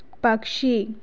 पक्षी